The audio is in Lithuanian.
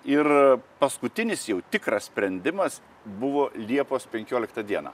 ir paskutinis jau tikras sprendimas buvo liepos penkioliktą dieną